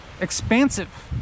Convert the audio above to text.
expansive